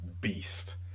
beast